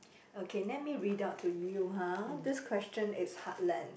okay let me read out to you ha this question is heartlands